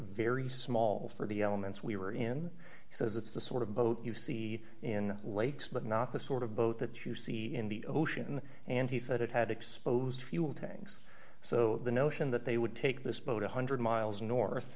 very small for the elements we were in says it's the sort of boat you see in lakes but not the sort of boat that you see in the ocean and he said it had exposed fuel tanks so the notion that they would take this boat one hundred miles north